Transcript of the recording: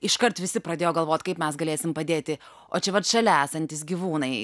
iškart visi pradėjo galvot kaip mes galėsim padėti o čia vat šalia esantys gyvūnai